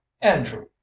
andrew